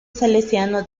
salesiano